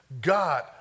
God